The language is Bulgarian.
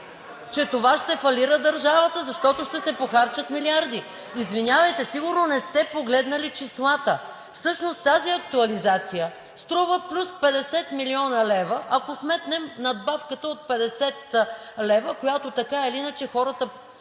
70 лв. ще фалира държавата, защото ще се похарчат милиарди?! Извинявайте, сигурно не сте погледнали числата. Всъщност тази актуализация ще струва плюс 50 млн. лв., ако сметнем надбавката от 50 лв., която така или иначе хората